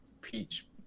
peach